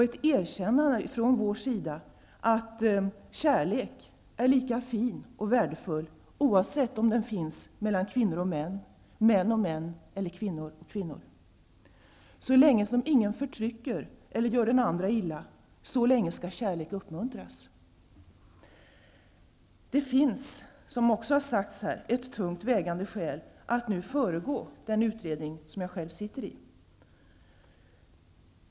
Ett erkännande från vår sida att kärlek är lika fin och värdefull oavsett om den finns mellan kvinnor och män, män och män eller kvinnor och kvinnor är viktigt. Så länge som ingen förtrycker eller gör den andre illa skall kärlek uppmuntras. Det finns, som också sagts här, tungt vägande skäl att föregå den utredning som jag själv sitter i.